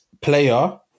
Player